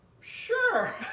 sure